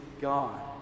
God